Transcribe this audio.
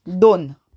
दोन